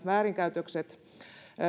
väärinkäytökset